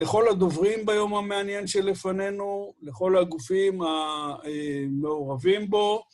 לכל הדוברים ביום המעניין שלפנינו, לכל הגופים המעורבים בו.